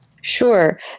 Sure